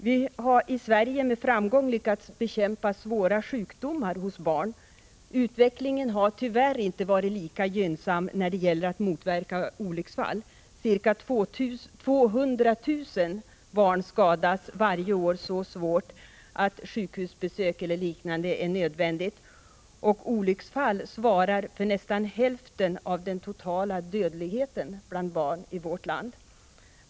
Vi har i Sverige med framgång lyckats bekämpa svåra sjukdomar hos barn. Utvecklingen har tyvärr inte varit lika gynnsam när det gällt att motverka olycksfall. Ca 200 000 barn skadas varje år så svårt att sjukhusbesök är nödvändigt, och olycksfall svarar för nästan hälften av den totala dödligheten bland barn i vårt land.